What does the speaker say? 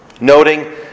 noting